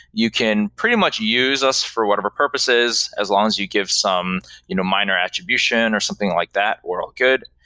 you can pretty much use us for whatever purposes as long as you give some you know minor attribution or something like that. we're all good.